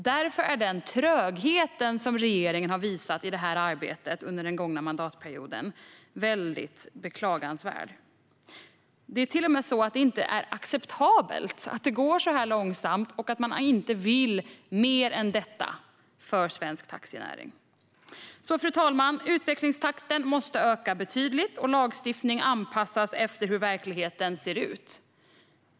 Därför är den tröghet som regeringen har visat i det här arbetet under den gångna mandatperioden beklagansvärd. Det är till och med så att det inte är acceptabelt att det går så här långsamt och att man inte vill mer än detta för svensk taxinäring. Fru talman! Utvecklingstakten måste öka betydligt och lagstiftningen anpassas efter hur verkligheten ser ut.